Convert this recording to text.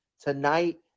Tonight